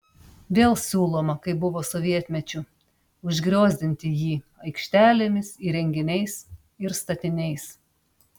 vėl siūloma kaip buvo sovietmečiu užgriozdinti jį aikštelėmis įrenginiais ir statiniais